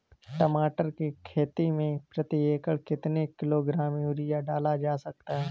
टमाटर की खेती में प्रति एकड़ कितनी किलो ग्राम यूरिया डाला जा सकता है?